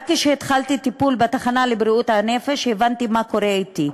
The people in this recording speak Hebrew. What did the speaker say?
רק כשהתחלתי טיפול בתחנה לבריאות הנפש הבנתי מה קורה אתי,